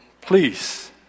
please